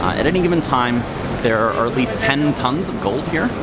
at any given time there are at least ten tons of gold here,